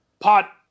pot